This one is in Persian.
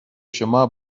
شما